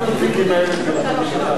תודה רבה.